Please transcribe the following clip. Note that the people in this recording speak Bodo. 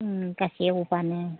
मुगासे एवबानो